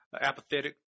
apathetic